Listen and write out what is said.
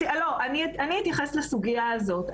אני אתייחס לסוגיה הזאת.